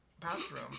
bathroom